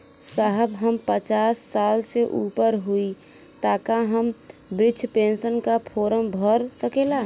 साहब हम पचास साल से ऊपर हई ताका हम बृध पेंसन का फोरम भर सकेला?